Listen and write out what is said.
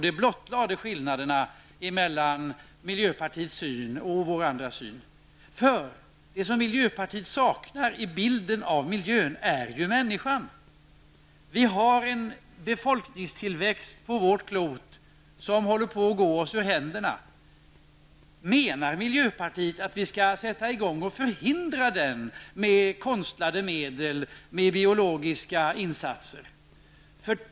Det blottlade skillnaderna mellan miljöpartiets syn och de andra partiernas. Det som miljöpartiet saknar i bilden av miljön är människan. Vi har på vårt klot en befolkningstillväxt, som håller på att gå oss ur händerna. Menar miljöpartiet att vi med konstlade medel skall sätta i gång och förhindra denna tillväxt, med biologiska insatser?